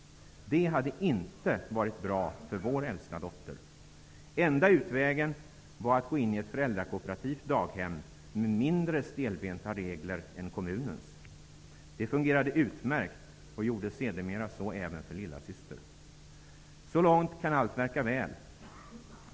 Det hade inte varit bra för vår äldsta dotter. Enda utvägen var att gå in i ett föräldrakooperativt daghem med mindre stelbenta regler än kommunens. Det fungerade utmärkt och gjorde sedermera så även för lillasyster. Så långt kan allt verka väl.